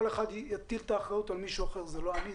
אחד יטיל את האחריות על מישהו אחר: זה לא אני,